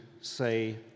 say